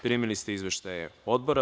Primili ste izveštaje odbora.